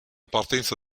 partenza